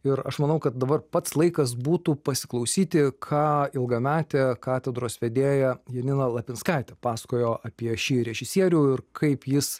ir aš manau kad dabar pats laikas būtų pasiklausyti ką ilgametė katedros vedėja janina lapinskaitė pasakojo apie šį režisierių ir kaip jis